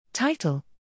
Title